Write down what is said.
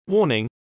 Warning